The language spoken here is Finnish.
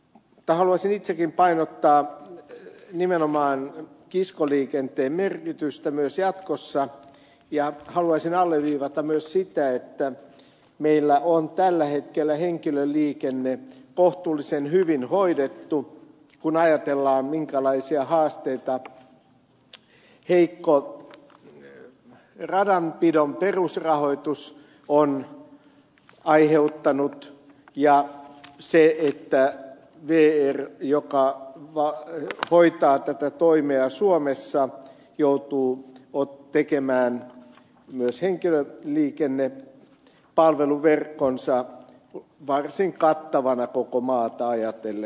mutta haluaisin itsekin painottaa nimenomaan kiskoliikenteen merkitystä myös jatkossa ja haluaisin alleviivata myös sitä että meillä on tällä hetkellä henkilöliikenne kohtuullisen hyvin hoidettu kun ajatellaan minkälaisia haasteita on aiheuttanut heikko radanpidon perusrahoitus ja se että vr hoitaessaan tätä toimea suomessa joutuu pitämään myös henkilöliikennepalveluverkkonsa varsin kattavana koko maata ajatellen